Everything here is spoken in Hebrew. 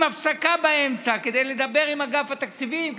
עם הפסקה באמצע כדי לדבר עם אגף התקציבים,